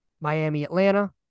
Miami-Atlanta